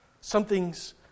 Something's